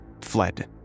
fled